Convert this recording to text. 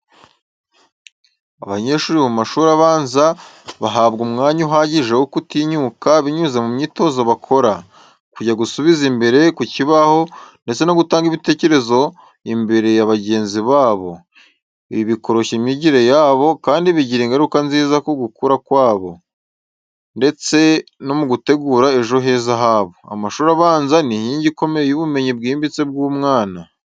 Abanyeshuri mu mashuri abanza bahabwa umwanya uhagije wo kwitinyuka binyuze mu myitozo bakora, kujya gusubiza imbere ku kibaho ndetse no gutanga ibitekerezo imbere ya bagenzi babo. Ibi bikoroshya imyigire yabo kandi bigira ingaruka nziza mu gukura kwabo, ndetse no mu gutegura ejo heza habo. Amashuri abanza ni inkingi ikomeye y’ubumenyi bwimbitse bw’umwana.